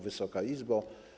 Wysoka Izbo!